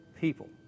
people